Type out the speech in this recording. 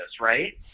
right